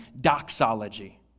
doxology